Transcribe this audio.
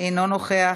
אינו נוכח,